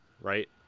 right